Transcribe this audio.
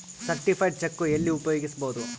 Certified check ಎಲ್ಲಿ ಉಪಯೋಗಿಸ್ಬೋದು?